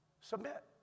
Submit